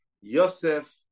Yosef